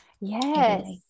Yes